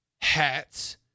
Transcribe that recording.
hats